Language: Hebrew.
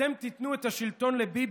אתם תיתנו את השלטון לביבי,